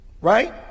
Right